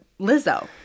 Lizzo